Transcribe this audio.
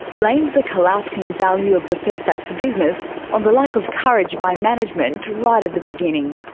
blames the collapsing value of the fairfax business on the lack of courage by management right at the beginning.